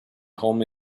home